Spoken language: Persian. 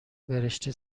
برشته